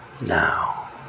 Now